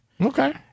Okay